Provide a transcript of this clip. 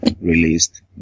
released